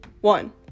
one